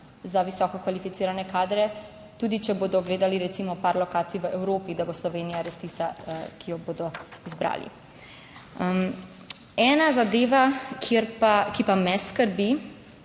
za visoko kvalificirane kadre, tudi če bodo gledali recimo par lokacij v Evropi, da bo Slovenija res tista, ki jo bodo zbrali. Ena zadeva, ki pa me skrbi